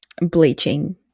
bleaching